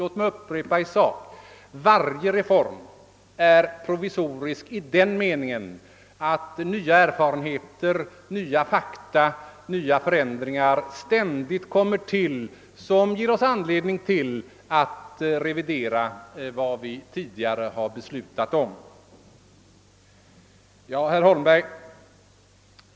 Låt mig upprepa, att varje reform är provisorisk i den meningen, att det ständigt tillkommer nya erfarenheter, nya fakta och nya förändringar, som ger oss anledning att revidera vad vi tidigare har beslutat.